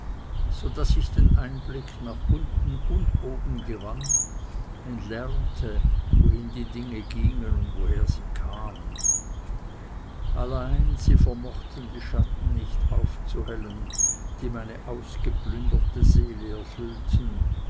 so daß ich den einblick nach unten und oben gewann und lernte wohin die dinge gingen und woher sie kamen allein sie vermochten die schatten nicht aufzuhellen die meine ausgeplünderte seele erfüllten